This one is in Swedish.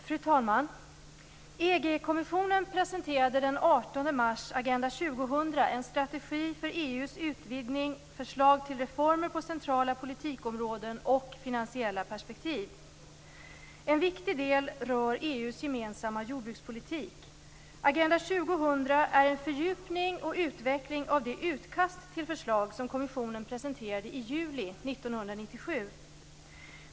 Fru talman! EG-kommissionen presenterade den 18 mars Agenda 2000, en strategi för EU:s utvidgning, förslag till reformer på centrala politikområden och finansiella perspektiv. En viktig del rör EU:s gemensamma jordbrukspolitik. Agenda 2000 är en fördjupning och utveckling av det utkast till förslag som kommissionen presenterade i juli 1997.